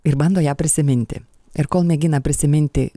ir bando ją prisiminti ir kol mėgina prisiminti